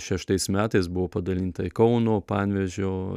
šeštais metais buvo padalinta į kauno panevėžio